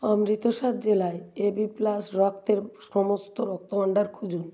অমৃতসর জেলায় AB plus রক্তের সমস্ত রক্তভাণ্ডার খুঁজুন